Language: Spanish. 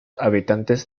habitantes